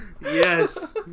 yes